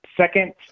second